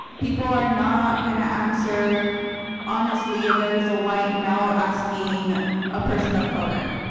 people are not going to answer honestly if there is a white male asking a person of color.